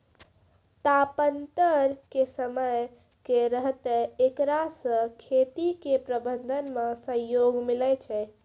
तापान्तर के समय की रहतै एकरा से खेती के प्रबंधन मे सहयोग मिलैय छैय?